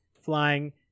flying